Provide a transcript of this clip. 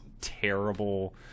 terrible